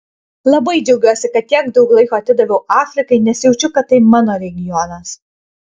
labai džiaugiuosi kad tiek daug laiko atidaviau afrikai nes jaučiu kad tai mano regionas